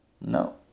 No